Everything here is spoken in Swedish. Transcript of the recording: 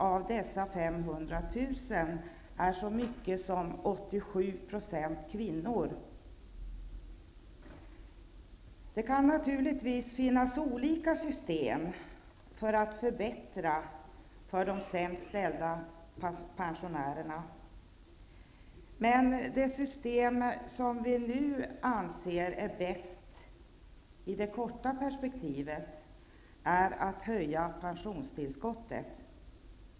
Av dessa 500 000 är så många som 87 % kvinnor. Det kan finnas olika system som kan användas för att förbättra för de sämst ställda pensionärerna. I det korta perspektivet anser vi i Vänsterpartiet att det bästa vore att höja pensionstillskottet.